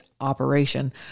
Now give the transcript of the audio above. Operation